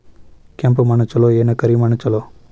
ಕೆಂಪ ಮಣ್ಣ ಛಲೋ ಏನ್ ಕರಿ ಮಣ್ಣ ಛಲೋ?